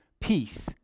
peace